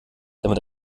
damit